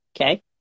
Okay